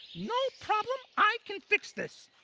no problem, i can fix this.